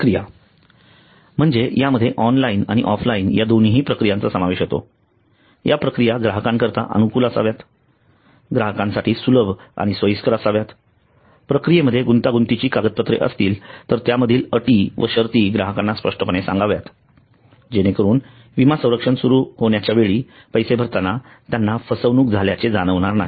प्रक्रिया म्हणजे यामध्ये ऑनलाइन आणि ऑफलाइन या दोन्ही प्रक्रियांचा समावेश होतो या प्रक्रिया ग्राहका करीता अनुकूल असाव्यात ग्राहकांसाठी सुलभ आणि सोयीस्कर असाव्यात प्रक्रियेमध्ये गुंतागुंतीची कागदपत्रे असतील तर त्यामधील अटी व शर्ती ग्राहकांना स्पष्टपणे सांगाव्यात जेणेकरून विमा संरक्षण सुरू होण्याच्या वेळी पैसे भरताना त्यांना फसवणूक झाल्याचे जाणवणार नाही